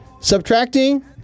Subtracting